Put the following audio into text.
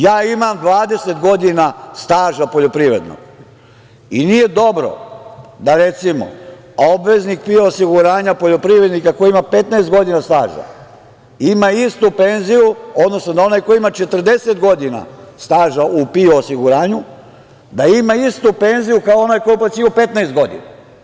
Ja imam 20 godina staža godina poljoprivrednog i nije dobro da, recimo, obveznik PIO osiguranja poljoprivrednika koji ima 15 godina staža ima istu penziju, odnosno da onaj koji ima 40 godina staža u PIO osiguranju, da ima istu penziju kao onaj koji je uplaćivao 15 godina.